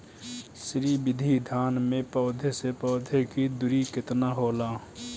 श्री विधि धान में पौधे से पौधे के दुरी केतना होला?